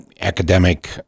academic